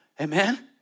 Amen